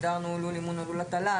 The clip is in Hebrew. הגדרנו "לול אימון או לול הטלה".